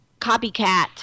copycat